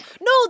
No